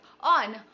on